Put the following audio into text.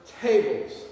tables